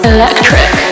Electric